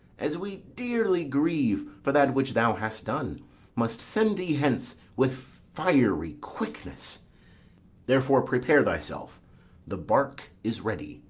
as we dearly grieve for that which thou hast done must send thee hence with fiery quickness therefore prepare thyself the bark is ready,